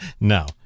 No